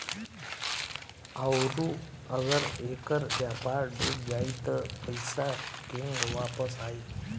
आउरु अगर ऐकर व्यापार डूब जाई त पइसा केंग वापस आई